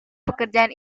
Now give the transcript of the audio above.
pekerjaan